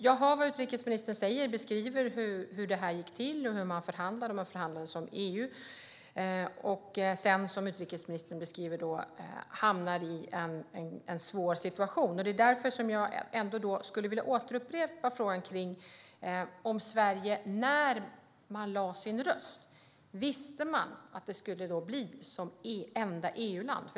Jag hör vad utrikesministern säger och hur hon beskriver att det gick till, hur man förhandlade som EU och sedan, som utrikesministern beskriver, hamnar i en svår situation. Därför vill jag upprepa frågan ifall Sverige, när man lade sin röst, visste att det skulle bli som enda EU-land.